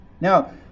Now